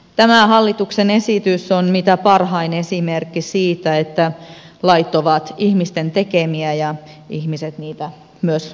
tämä hallituksen esitys on mitä parhain esimerkki siitä että lait ovat ihmisten tekemiä ja ihmiset niitä myös muuttavat